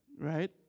Right